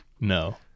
No